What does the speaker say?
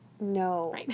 No